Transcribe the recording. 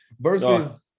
versus